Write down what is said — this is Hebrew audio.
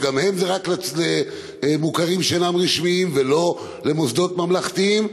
שגם הם זה רק למוכרים שאינם רשמיים ולא למוסדות ממלכתיים.